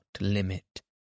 limit